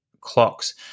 clocks